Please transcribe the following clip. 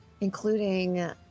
Including